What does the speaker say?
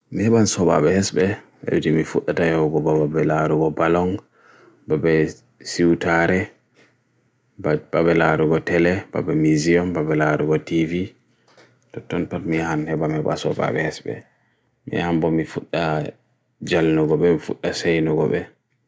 Meheban sobaaɓe hesɓe hedi mifuɗɗata yahuba babal laarugo balong, babee siutaare, babee laarugo Tele, misuem, babee laarugo TV, tottonpat miyahan miheba soɓaɓee hesɓe, Miyahanbo mifudda jalnugo be, mifuɗɗa sainugo be.